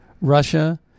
Russia